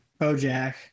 Bojack